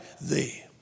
thee